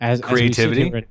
Creativity